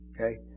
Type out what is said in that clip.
Okay